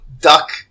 duck